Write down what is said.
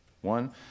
one